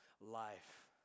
life